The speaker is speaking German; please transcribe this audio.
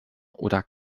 oder